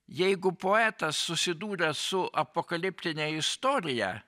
jeigu poetas susidūręs su apokaliptine istorija